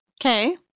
Okay